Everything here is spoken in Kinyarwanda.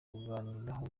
kuganiraho